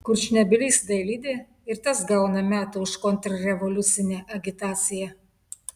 kurčnebylis dailidė ir tas gauna metų už kontrrevoliucine agitaciją